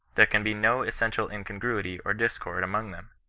there can be no essential incongruity or discord among them.